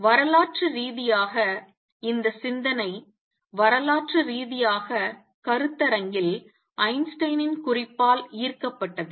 வரலாற்று ரீதியாக இந்த சிந்தனை வரலாற்று ரீதியாக கருத்தரங்கில் ஐன்ஸ்டீனின் குறிப்பால் ஈர்க்கப்பட்டது